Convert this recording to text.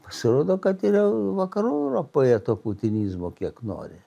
pasirodo kad ir vakarų europoje to putinizmo kiek nori